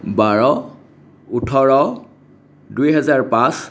বাৰ ওঠৰ দুই হেজাৰ পাঁচ